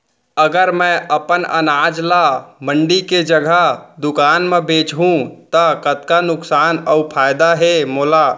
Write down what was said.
अगर मैं अपन अनाज ला मंडी के जगह दुकान म बेचहूँ त कतका नुकसान अऊ फायदा हे मोला?